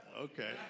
Okay